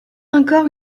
encore